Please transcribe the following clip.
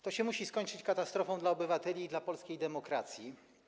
To się musi skończyć katastrofą dla obywateli i dla polskiej demokracji.